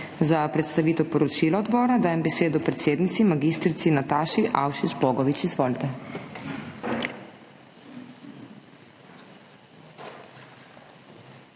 Za predstavitev poročila odbora dajem besedo predsednici magistrici Nataši Avšič Bogovič. Izvolite!